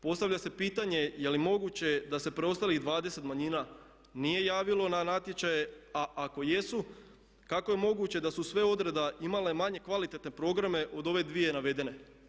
Postavlja se pitanje je li moguće da se preostalih 20 manjina nije javilo na natječaje a ako jesu kako je moguće da su sve odreda imale manje kvalitetne programe od ove dvije navedene?